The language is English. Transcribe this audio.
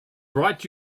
brought